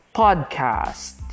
podcast